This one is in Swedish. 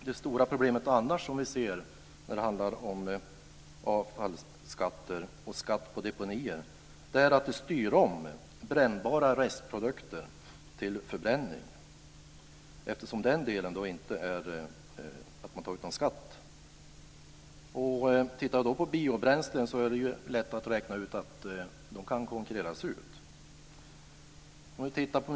Det stora problem som vi ser när det gäller beskattning av avfallsdeponier är att den styr om brännbara restprodukter till förbränning, eftersom det då inte tas ut någon skatt på dessa. Det är lätt att räkna ut att biobränslen då kan komma att konkurreras ut.